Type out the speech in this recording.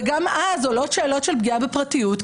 וגם אז עולות שאלות של פגיעה בפרטיות,